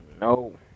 No